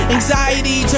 Anxiety